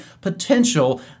potential